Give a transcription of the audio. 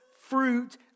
fruit